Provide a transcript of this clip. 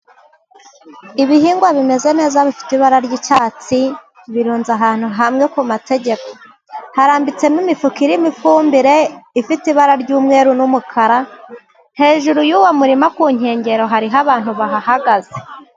Ibihingwa bimeze neza bifite ibara ry'icyatsi, birunze ahantu hamwe ku mategeko. Harambitsemo imifuka irimo ifumbire, ifite ibara ry'umweru n'umukara. Hejuru y'uwo murima ku nkengero hariho abantu bahagaze.